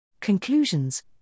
Conclusions